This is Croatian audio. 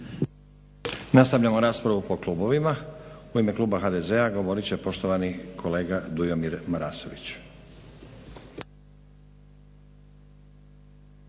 Nastavljamo raspravu po klubovima. U ime kluba HDZ-a govorit će poštovani kolega Dujomir Marasović.